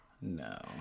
No